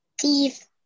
Teeth